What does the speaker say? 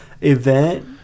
event